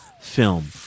film